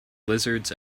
lizards